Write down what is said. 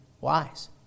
wise